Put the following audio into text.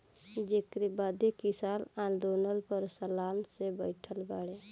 जेकरे बदे किसान आन्दोलन पर सालन से बैठल बाड़े